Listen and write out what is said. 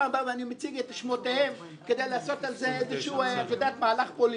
פעם ומציג את שמותיהם כדי לעשות על זה איזה שהוא מהלך פוליטי.